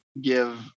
give –